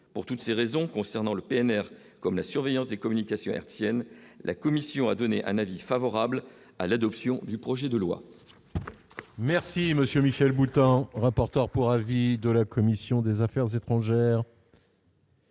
pour toutes ces raisons concernant le PNR comme la surveillance des communications hertziennes, la commission a donné un avis favorable à l'adoption du projet de loi. Merci monsieur Michel Boutant, rapporteur pour avis de la commission des Affaires étrangères.